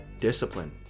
discipline